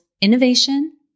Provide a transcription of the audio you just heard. innovation